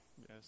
Yes